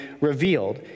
revealed